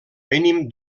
mínim